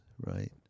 right